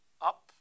up